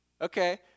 Okay